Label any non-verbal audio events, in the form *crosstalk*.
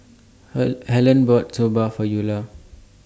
*noise* Her Harlen bought Soba For Eula